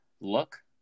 look